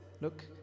look